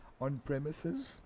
On-premises